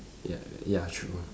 ya ya true ah